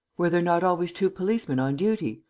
were there not always two policemen on duty?